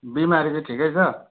बिमारी चाहिँ ठिकै छ